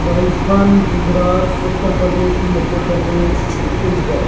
Rajasthan Gujarat Uttar Pradesh Madhya Pradesh Chhattisgarh